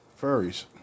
Furries